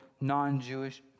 non-Jewish